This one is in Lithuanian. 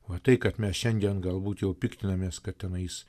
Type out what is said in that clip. o tai kad mes šiandien galbūt jau piktinamės kad tenais